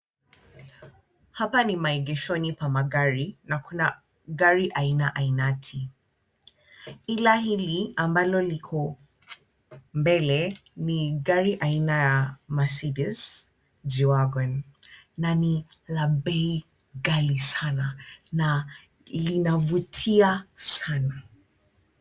Hapa ni maegeshoni pa magari na kuna gari aina ainati, ila hili ambalo liko mbele, ni gari aina ya Mercedes G Wagon na ni la bei ghali sana na linavutia sana.